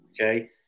Okay